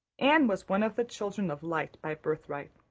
anne was one of the children of light by birthright.